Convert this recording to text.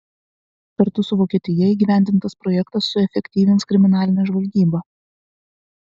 kartu su vokietija įgyvendintas projektas suefektyvins kriminalinę žvalgybą